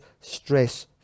stress